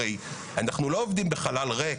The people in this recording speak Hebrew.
הרי אנחנו לא עובדים בחלל ריק.